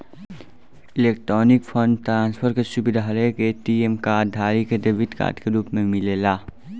electronic fund transfer के सुविधा हरेक ए.टी.एम कार्ड धारी के डेबिट कार्ड के रूप में मिलेला